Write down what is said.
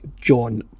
John